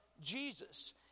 Jesus